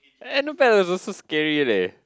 Anabella is also scary leh